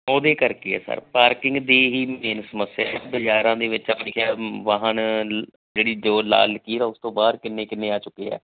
ਉਹਦੇ ਕਰਕੇ ਹੈ ਸਰ ਪਾਰਕਿੰਗ ਦੀ ਹੀ ਮੇਨ ਸਮੱਸਿਆ ਹੈ ਬਾਜ਼ਾਰਾਂ ਦੇ ਵਿੱਚ ਆਪਣੀ ਕਿਹਾ ਵਾਹਨ ਜਿਹੜੀ ਜੋ ਲਾਲ ਲਕੀਰ ਆ ਉਸ ਤੋਂ ਬਾਹਰ ਕਿੰਨੇ ਕਿੰਨੇ ਆ ਚੁੱਕੇ ਹੈ